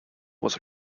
was